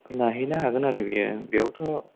लाहैनो हागोन आरो बियो बेयावाथ'